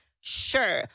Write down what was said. Sure